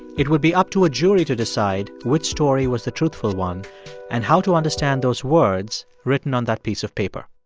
it would be up to a jury to decide which story was the truthful one and how to understand those words written on that piece of paper.